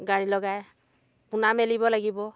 গাড়ী লগাই পোনা মেলিব লাগিব